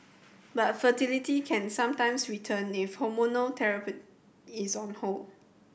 but fertility can sometimes return if hormonal therapy is on hold